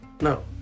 no